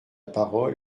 parole